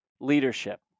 leadership